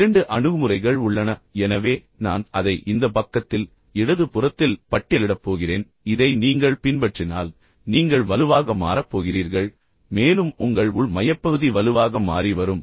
2 அணுகுமுறைகள் உள்ளன எனவே நான் அதை இந்த பக்கத்தில் இடது புறத்தில் பட்டியலிடப் போகிறேன் இதை நீங்கள் பின்பற்றினால் நீங்கள் வலுவாகவும் வலுவாகவும் மாறப் போகிறீர்கள் மேலும் உங்கள் உள் மையப்பகுதி வலுவாகவும் வலுவாகவும் மாறி வரும்